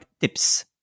tips